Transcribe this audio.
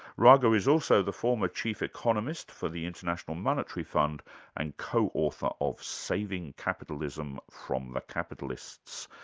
raghu is also the former chief economist for the international monetary fund and co-author of saving capitalism from the capitalists.